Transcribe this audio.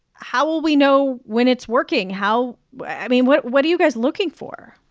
how will we know when it's working? how i mean, what what are you guys looking for?